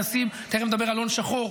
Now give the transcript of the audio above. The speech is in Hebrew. מנסים --- אז מה --- תכף נדבר על הון שחור,